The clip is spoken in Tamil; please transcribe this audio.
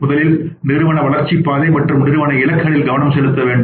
முதலில் நிறுவன வளர்ச்சிப் பாதை மற்றும் நிறுவன இலக்குகளில் கவனம் செலுத்த வேண்டும்